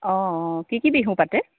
অঁ কি কি বিহু পাতে